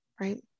Right